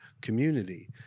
Community